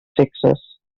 sexes